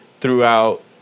throughout